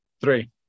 Three